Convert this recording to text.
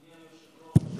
אדוני היושב-ראש,